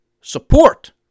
support